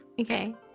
Okay